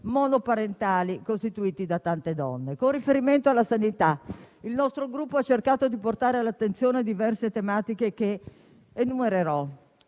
monoparentali, costituiti da tante donne. Con riferimento alla sanità, il nostro Gruppo ha cercato di portare all'attenzione diverse tematiche che enumererò: